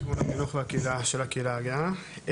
ארגון חינוך והסברה של הקהילה הגאה.